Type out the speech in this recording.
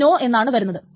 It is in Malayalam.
അത് നോ എന്നാണ് വരുന്നത്